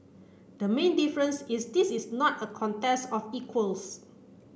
the main difference is this is not a contest of equals